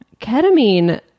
Ketamine